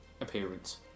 appearance